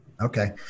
Okay